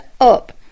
up